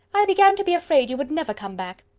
i began to be afraid you would never come back